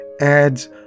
adds